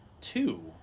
Two